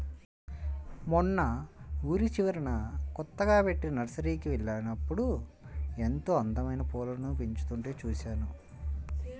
మొన్న ఊరి చివరన కొత్తగా బెట్టిన నర్సరీకి వెళ్ళినప్పుడు ఎంతో అందమైన పూలను పెంచుతుంటే చూశాను